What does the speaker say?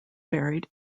varied